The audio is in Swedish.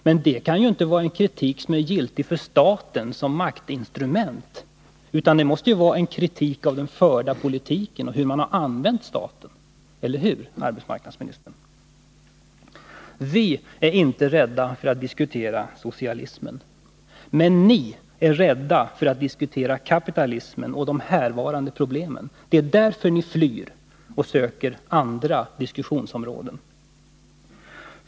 Men det kan ju inte vara en kritik som gäller staten som maktinstrument, utan det måste vara kritik av den förda politiken och hur man har använt staten som maktinstrument — eller hur, herr arbetsmarknadsminister? Vi är inte rädda för att diskutera socialismen. Men ni är rädda för att diskutera kapitalismen och de härvarande problemen. Det är därför ni flyr och söker andra diskussionsområden.